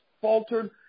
faltered